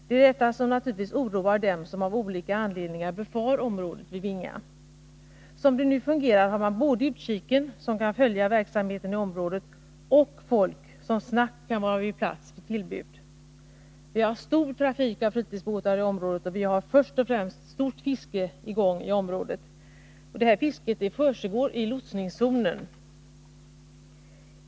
Det är naturligtvis detta som oroar dem som av olika anledningar befar området vid Vinga. Som det nu fungerar har man både utkiken, som kan följa verksamheten i området, och folk som snabbt kan vara på plats vid tillbud. Vi har en stor trafik med fritidsbåtar i området, och vi har först och främst ett stort fiske i gång i området. Detta fiske försiggår i lotsningszonen.